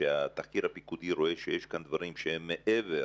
כאשר התחקיר הפיקודי רואה שיש כאן דברים שהם מעבר